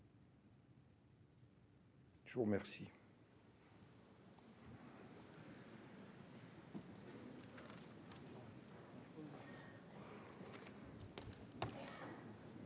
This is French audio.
Je vous remercie